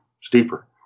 steeper